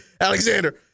Alexander